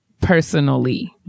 personally